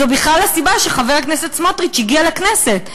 זו בכלל הסיבה שחבר הכנסת סמוטריץ הגיע לכנסת,